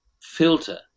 filter